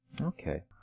Okay